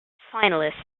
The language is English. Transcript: finalists